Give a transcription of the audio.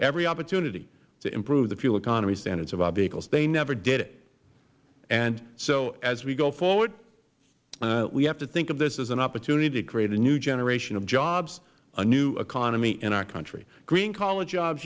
every opportunity to improve the fuel economy standards of our vehicles they never did it and so as we go forward we have to think of this as an opportunity to create a new generation of jobs a new economy in our country green collar jobs